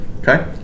Okay